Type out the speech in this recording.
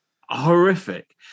horrific